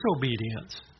disobedience